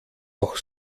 auch